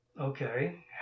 okay